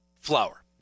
flour